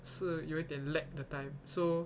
是有一点 lack the time so